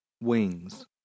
wings